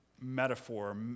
metaphor